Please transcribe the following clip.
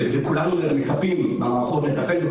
וכולנו גם מצפים מהמערכות לטפל בהם,